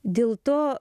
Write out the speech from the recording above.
dėl to